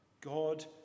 God